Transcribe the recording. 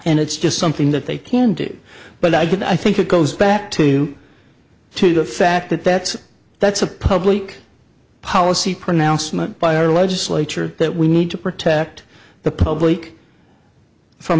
and it's just something that they can do but i could i think it goes back to to the fact that that that's a public policy pronouncement by our legislature that we need to protect the public from